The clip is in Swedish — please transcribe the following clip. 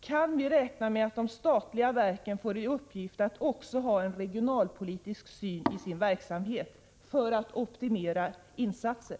Kan vi räkna med att de statliga verken får i uppgift att också ha en regionalpolitisk syn i sin verksamhet när det gäller att optimera insatser?